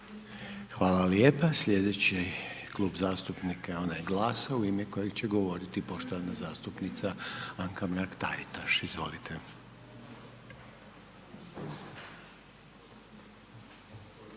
Hvala lijepa, sljedeći klub zastupnika je onaj GLAS-a u ime kojeg će govoriti poštovana zastupnica Anka Mrak-Taritaš, izvolite.